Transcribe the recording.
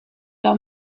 leur